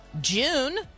june